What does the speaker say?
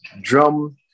drum